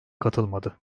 katılmadı